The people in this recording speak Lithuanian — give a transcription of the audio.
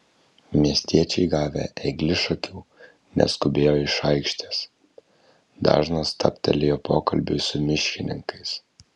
miestiečiai gavę eglišakių neskubėjo iš aikštės dažnas stabtelėjo pokalbiui su miškininkais